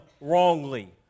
wrongly